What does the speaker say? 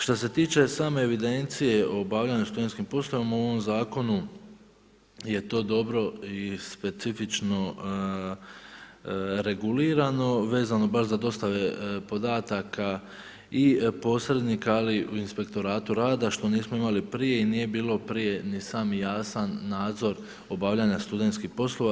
Što se tiče same evidencije o obavljanju i studenskim poslovima u ovom zakonu je to dobro i specifično regulirano vezano baš za dostave podataka i posrednika, ali i u Inspektoratu rada što nismo imali prije i nije bilo prije ni sam jasan nadzor obavljanja studentskih poslova.